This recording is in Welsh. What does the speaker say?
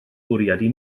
bwriadu